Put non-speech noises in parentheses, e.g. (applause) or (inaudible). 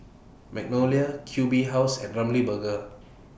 Magnolia Q B House and Ramly Burger (noise)